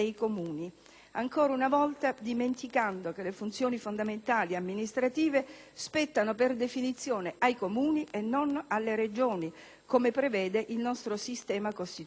ancora una volta dimenticando che le funzioni fondamentali e amministrative spettano per definizione ai Comuni e non alle Regioni, come prevede il nostro sistema costituzionale.